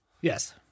Yes